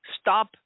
Stop